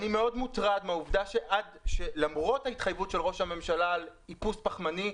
אני מאוד מוטרד מהעובדה שלמרות ההתחייבות של ראש הממשלה על איפוס פחמני,